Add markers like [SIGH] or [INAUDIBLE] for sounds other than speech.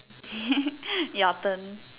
[LAUGHS] ya often